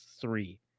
three